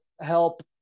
help